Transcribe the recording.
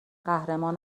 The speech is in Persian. قهرمان